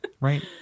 Right